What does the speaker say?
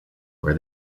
where